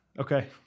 Okay